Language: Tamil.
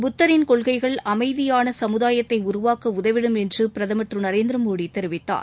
புத்தின் கொள்கைகள் அமைதியான சமுதாயத்தை உருவாக்க உதவிடும் என்று பிரதமர் திரு நரேந்திரமோடி தெரிவித்தார்